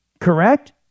Correct